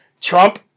Trump